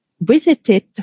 visited